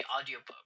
audiobook